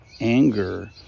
anger